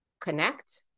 connect